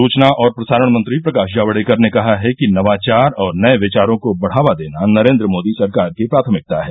सूचना और प्रसारण मंत्री प्रकाश जावड़ेकर ने कहा है कि नवाचार और नये विचारों को बढ़ावा देना नरेन्द्र मोदी सरकार की प्राथमिकता है